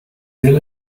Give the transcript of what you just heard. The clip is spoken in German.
viel